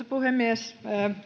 puhemies